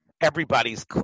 everybody's